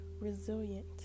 resilient